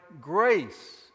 grace